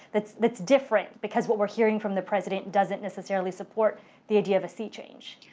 that's that's different, because what we're hearing from the president doesn't necessarily support the idea of a sea change.